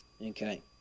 Okay